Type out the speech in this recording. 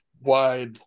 wide